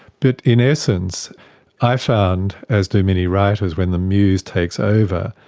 but in essence i found, as do many writers when the muse takes over,